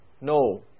No